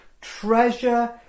Treasure